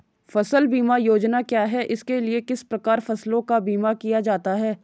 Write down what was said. फ़सल बीमा योजना क्या है इसके लिए किस प्रकार फसलों का बीमा किया जाता है?